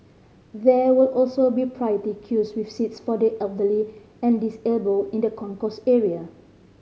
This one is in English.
there will also be priority queues with seats for the elderly and disabled in the concourse area